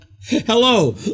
Hello